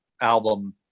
album